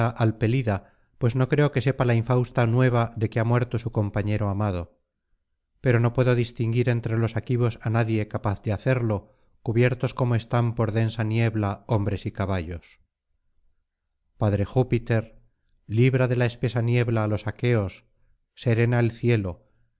pelida pues no creo que sepa la infausta nueva de que ha muerto su compañero amado pero no puedo distinguir entre los aquivos á nadie capaz de hacerlo cubiertos como están por densa niebla hombres y caballos padre júpiter libra de la espesa niebla á los aqueos serena el cielo